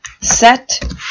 set